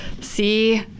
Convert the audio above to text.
See